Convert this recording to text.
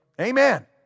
Amen